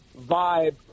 vibe